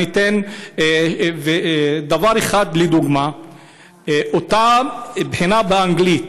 אני אתן דבר אחד לדוגמה, אותה בחינה באנגלית.